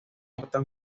portan